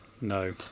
no